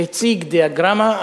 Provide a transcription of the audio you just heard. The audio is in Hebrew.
והציג דיאגרמה,